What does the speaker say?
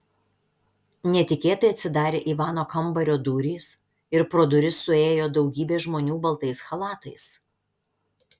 netikėtai atsidarė ivano kambario durys ir pro duris suėjo daugybė žmonių baltais chalatais